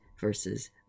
versus